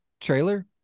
trailer